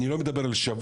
אני לא מדבר על שבוע,